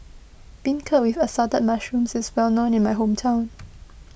Beancurd with Assorted Mushrooms is well known in my hometown